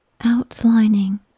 outlining